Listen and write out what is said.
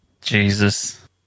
Jesus